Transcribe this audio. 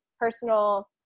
personal